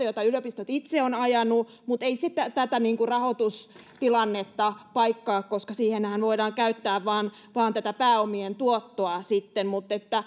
jota yliopistot itse ovat ajaneet mutta ei se tätä rahoitustilannetta paikkaa koska siihenhän voidaan käyttää vain tätä pääomien tuottoa mutta